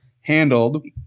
handled